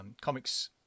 comics